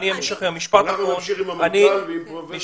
אנחנו נמשיך עם המנכ"ל ועם פרופ'